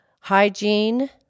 hygiene